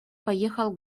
поехал